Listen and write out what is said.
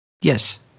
Yes